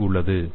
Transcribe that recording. G உள்ளது